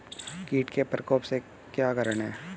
कीट के प्रकोप के क्या कारण हैं?